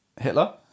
Hitler